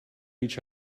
each